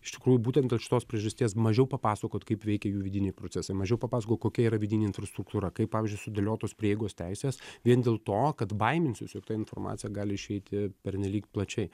iš tikrųjų būtent dėl šitos priežasties mažiau papasakot kaip veikia jų vidiniai procesai mažiau papasakot kokia yra vidinė infrastruktūra kaip pavyzdžiui sudėliotos prieigos teisės vien dėl to kad baiminsis jog ta informacija gali išeiti pernelyg plačiai